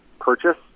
purchase